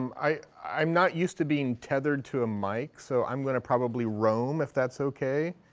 um i'm not used to being tethered to a mic, so i'm going to probably roam if that's okay.